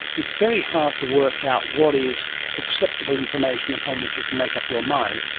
it's very hard to work out what is acceptable information upon which you can make up your mind,